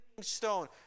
stone